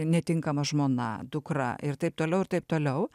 netinkama žmona dukra ir taip toliau ir taip toliau